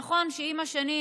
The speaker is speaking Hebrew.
נכון שעם השנים,